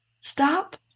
stop